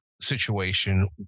situation